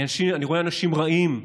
אני רואה אנשים "רעים",